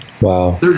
Wow